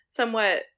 somewhat